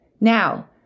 Now